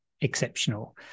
exceptional